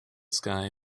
sky